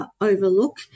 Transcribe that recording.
overlook